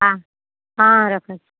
ହଁ ହଁ ରଖୁଛିି